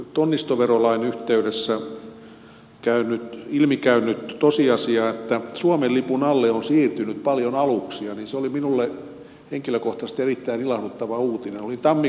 tämä tonnistoverolain yhteydessä ilmi käynyt tosiasia että suomen lipun alle on siirtynyt paljon aluksia oli minulle henkilökohtaisesti erittäin ilahduttava uutinen